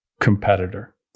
competitor